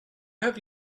have